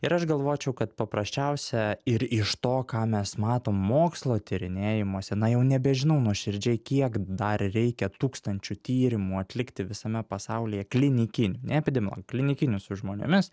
ir aš galvočiau kad paprasčiausia ir iš to ką mes matom mokslo tyrinėjimuose na jau nebežinau nuoširdžiai kiek dar reikia tūkstančių tyrimų atlikti visame pasaulyje klinikinių ne epidemiologinių klinikinių su žmonėmis